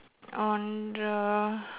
on the